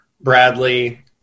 Bradley